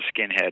skinhead